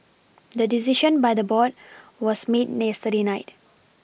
the decision by the board was made yesterday night